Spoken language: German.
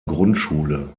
grundschule